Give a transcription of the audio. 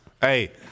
Hey